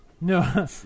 no